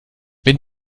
wenn